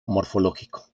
morfológico